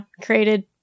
Created